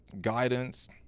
guidance